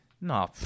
No